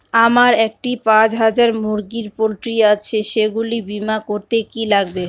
আমার একটি পাঁচ হাজার মুরগির পোলট্রি আছে সেগুলি বীমা করতে কি লাগবে?